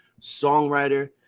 songwriter